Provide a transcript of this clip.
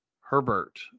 Herbert